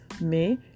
Mais